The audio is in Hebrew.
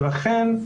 ולכן,